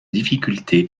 difficultés